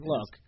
Look